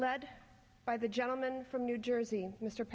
led by the gentleman from new jersey mr